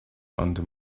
under